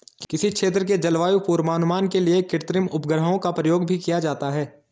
किसी क्षेत्र के जलवायु पूर्वानुमान के लिए कृत्रिम उपग्रहों का प्रयोग भी किया जाता है